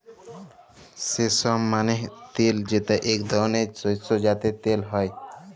সেসম মালে তিল যেটা এক ধরলের শস্য যাতে তেল হ্যয়ে